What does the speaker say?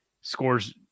Scores